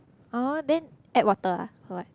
oh then add water ah or what